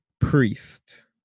priest